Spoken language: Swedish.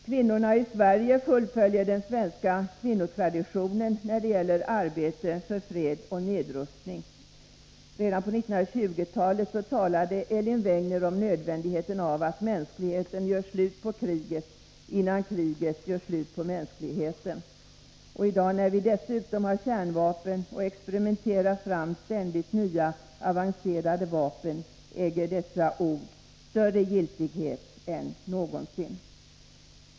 Kvinnorna i Sverige fullföljer den svenska kvinnotraditionen när det gäller arbete för fred och nedrustning. Redan på 1920-talet talade Elin Wägner om nödvändigheten av att mänskligheten gör slut på kriget innan kriget gör slut på mänskligheten. Och i dag, när vi dessutom har kärnvapen och ständigt experimenterar fram nya avancerade vapen, äger dessa ord större giltighet än någonsin.